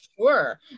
sure